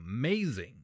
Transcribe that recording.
amazing